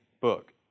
book